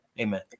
Amen